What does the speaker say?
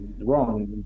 wrong